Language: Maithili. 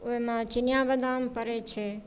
ओहिमे चिनिआँ बादाम पड़ैत छै